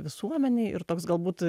visuomenei ir toks galbūt